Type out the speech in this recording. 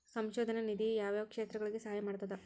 ಸಂಶೋಧನಾ ನಿಧಿ ಯಾವ್ಯಾವ ಕ್ಷೇತ್ರಗಳಿಗಿ ಸಹಾಯ ಮಾಡ್ತದ